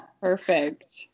Perfect